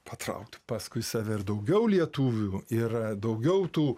patraukt paskui save ir daugiau lietuvių ir daugiau tų